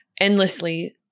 endlessly